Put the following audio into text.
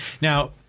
now